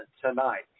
tonight